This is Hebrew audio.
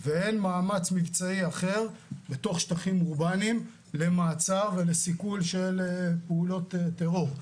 והן מאמץ מבצעי אחר בתוך שטחים אורבניים למעצר ולסיכול של פעולות טרור.